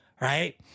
right